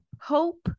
hope